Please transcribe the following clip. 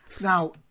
Now